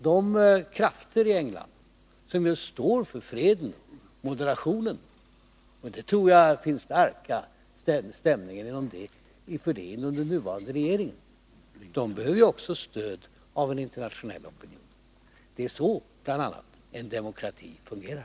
De krafter i England som står för just freden och moderationen tror jag har en stark ställning också inom den nuvarande regeringen, och de krafterna behöver stöd även av en internationell opinion. Det är bl.a. så en demokrati fungerar.